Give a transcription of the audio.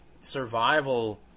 survival